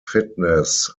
fitness